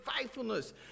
faithfulness